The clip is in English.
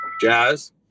Jazz